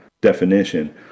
definition